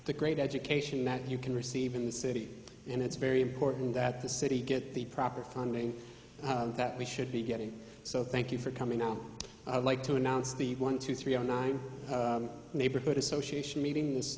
the great education that you can receive in the city and it's very important that the city get the proper funding that we should be getting so thank you for coming out i'd like to announce the one two three or nine neighborhood association meeting